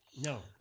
No